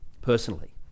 personally